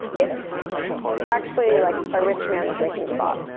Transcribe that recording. it's actually like a rich man's drinking spot.